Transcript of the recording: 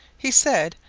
he said,